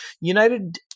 United